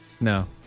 No